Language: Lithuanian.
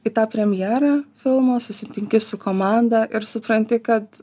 į tą premjerą filmo susitinki su komanda ir supranti kad